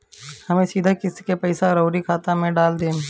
हम सीधे किस्त के पइसा राउर खाता में डाल देम?